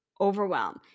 overwhelm